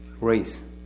race